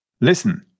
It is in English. listen